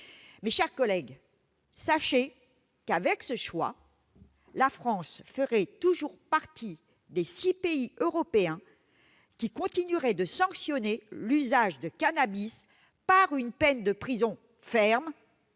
Mes chers collègues, sachez que, avec ce choix, la France ferait toujours partie des six pays européens continuant de sanctionner l'usage de cannabis par une peine de prison ferme,